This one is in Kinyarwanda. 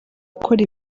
gukora